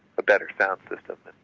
a better sound system,